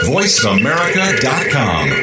VoiceAmerica.com